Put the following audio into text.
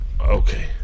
Okay